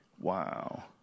Wow